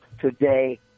today